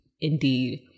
indeed